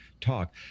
talk